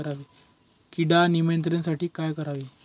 कीड नियंत्रणासाठी काय करावे?